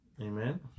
Amen